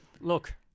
Look